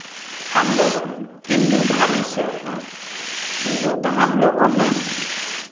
हम लोग हिन्दू धर्म से हैं हिन्दू हम लोगों में